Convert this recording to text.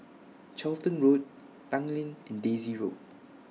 Charlton Road Tanglin and Daisy Road